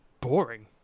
boring